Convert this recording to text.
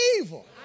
evil